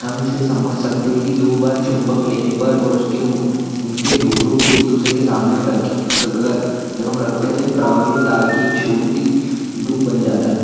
हम इसे समझ सकते है कि दो बार चुंबक लेने पर और उसके उन उनके धुवरों को एक दूसरे के सामने रख कर जब हम रखते हैं तो एक प्रवावीय तार की एक छोटी डूब बन जाता है